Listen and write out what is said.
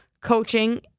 coaching